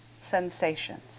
sensations